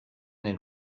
den